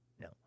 no